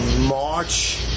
March